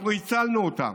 אנחנו הצלנו אותם.